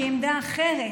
שהיא עמדה אחרת,